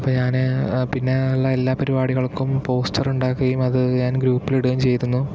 അപ്പം ഞാൻ പിന്നെ ഉള്ള എല്ലാ പരിപാടികൾക്കും പോസ്റ്റർ ഉണ്ടാക്കുകയും അത് ഞാൻ ഗ്രൂപ്പിൽ ഇടുകയും ചെയ്തിരുന്നു